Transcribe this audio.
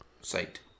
site